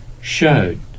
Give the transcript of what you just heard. showed